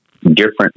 different